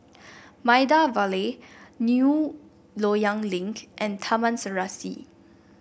Maida Vale New Loyang Link and Taman Serasi